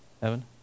Evan